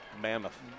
mammoth